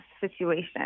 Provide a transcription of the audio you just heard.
situation